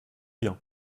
bien